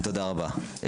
תודה רבה.